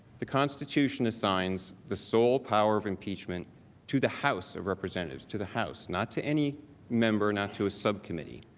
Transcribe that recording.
the constitution assigns the sole power of impeachment to the house of representative to the house not to any member not to a subcommittee.